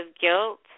guilt